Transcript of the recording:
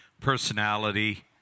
personality